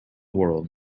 world